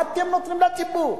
מה אתם נותנים לציבור.